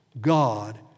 God